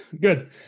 good